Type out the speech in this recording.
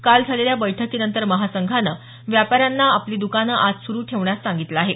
काल झालेल्या बैठकीनंतर महासंघानं व्यापाऱ्यांना आपली द्कानं आज सुरू ठेवण्यास सांगितलं आहे